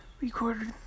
recorded